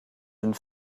une